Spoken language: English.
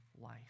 life